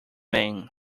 man